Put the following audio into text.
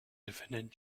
defendant